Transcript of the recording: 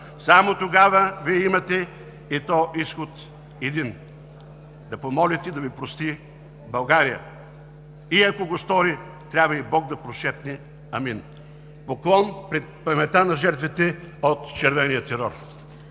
Само тогава Вие имате изход, и то един: да помолите да Ви прости България! И ако го стори, трябва и Бог да прошепне: „Амин!“ Поклон пред паметта на жертвите от червения терор!